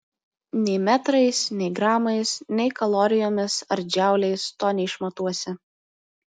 nei metrais nei gramais nei kalorijomis ar džauliais to neišmatuosi